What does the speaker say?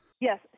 Yes